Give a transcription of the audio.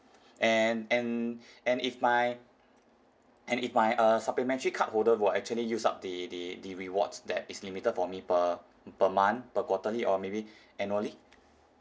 and and and if my and if my err supplementary card holder who will actually use up the the the rewards that is limited for me per per month per quarterly or maybe annually